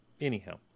Anyhow